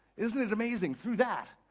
isn't it amazing? through that,